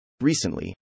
Recently